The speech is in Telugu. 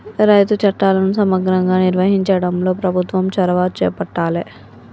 రైతు చట్టాలను సమగ్రంగా నిర్వహించడంలో ప్రభుత్వం చొరవ చేపట్టాలె